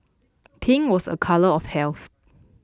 pink was a colour of health